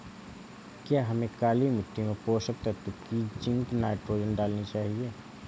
क्या हमें काली मिट्टी में पोषक तत्व की जिंक नाइट्रोजन डालनी चाहिए?